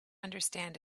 understand